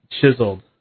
chiseled